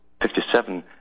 57